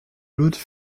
loutre